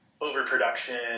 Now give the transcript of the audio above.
overproduction